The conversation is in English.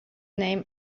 name